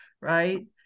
right